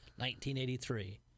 1983